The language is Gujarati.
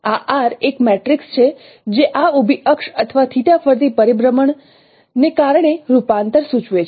આ R એક મેટ્રિક્સ છે જે આ ઊભી અક્ષ અથવા ફરતી પરિભ્રમણ ને કારણે રૂપાંતર સૂચવે છે